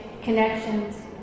connections